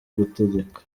gutegeka